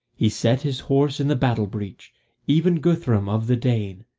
he set his horse in the battle-breech even guthrum of the dane,